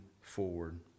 forward